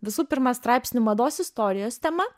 visų pirma straipsnių mados istorijos tema